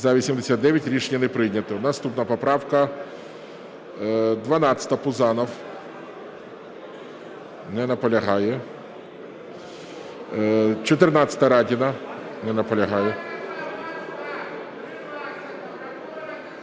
За-89 Рішення не прийнято. Наступна поправка 12, Пузанов. Не наполягає. 14-а, Радіна. Не наполягає.